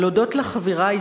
אבל הודות לחבירה ההיסטורית,